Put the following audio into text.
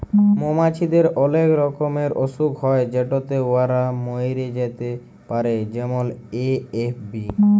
মমাছিদের অলেক রকমের অসুখ হ্যয় যেটতে উয়ারা ম্যইরে যাতে পারে যেমল এ.এফ.বি